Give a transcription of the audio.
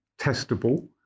testable